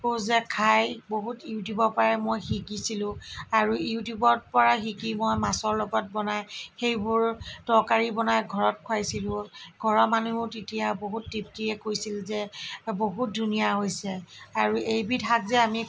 ও যে খাই বহুত ইউটিউবৰ পৰাই মই শিকিছিলোঁ আৰু ইউটিউবত পৰা শিকি মই মাছৰ লগত বনাই সেইবোৰ তৰকাৰী বনাই ঘৰত খুৱাইছিলোঁ ঘৰৰ মানুহো তেতিয়া বহুত তৃপ্তিৰে কৈছিল যে বহুত ধুনীয়া হৈছে আৰু এইবিধ শাক যে আমি